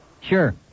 Sure